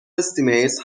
estimates